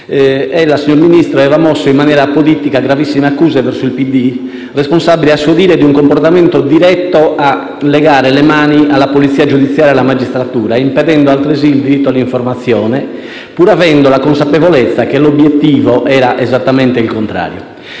ella, signor Ministro, aveva mosso in maniera apodittica gravissime accuse verso il PD responsabile - a suo dire - di un comportamento diretto a legare le mani alla polizia giudiziaria e alla magistratura, impedendo altresì il diritto all'informazione, pur avendo la consapevolezza che l'obiettivo era esattamente il contrario.